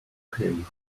him